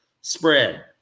Spread